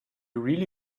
really